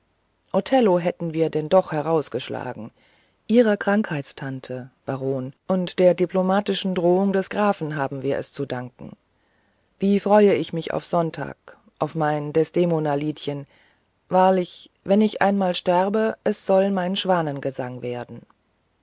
othello hätten wir denn doch herausgeschlagen ihrer krankheitstante baron und der diplomatischen drohung des grafen haben wir es zu danken wie freue ich mich auf sonntag auf mein desdemona liedchen wahrlich wenn ich einmal sterbe es soll mein schwanengesang werden